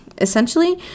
essentially